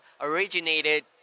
originated